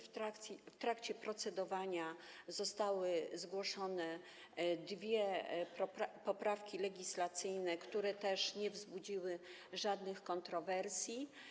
W trakcie procedowania zostały zgłoszone 2 poprawki legislacyjne, które też nie wzbudziły żadnych kontrowersji.